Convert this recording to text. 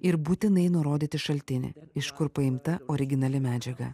ir būtinai nurodyti šaltinį iš kur paimta originali medžiaga